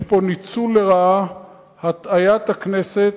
יש פה ניצול לרעה, הטעיית הכנסת,